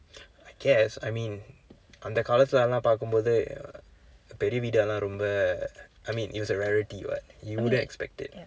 I guess I mean அந்த காலத்தில அதை எல்லாம் பார்க்கும்போது பெரிய வீட்டு எல்லாம் ரொம்ப:andtha kaalaththil athai ellaam paarkkumpoothu periya viitdu ellaam rompa I mean it was a rarity what you wouldn't expect